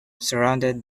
surround